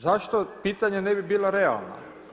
Zašto pitanja ne bi bila realna?